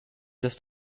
just